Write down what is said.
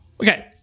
Okay